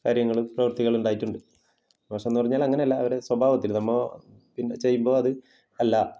കാര്യങ്ങള് പ്രവൃത്തികള് ഉണ്ടായിട്ടുണ്ട് മോശമെന്ന് പറഞ്ഞാല് അങ്ങനെയല്ല അവരുടെ സ്വഭാവത്തില് നമ്മള് പിന്നെ ചെയ്യുമ്പോള് അത് അല്ല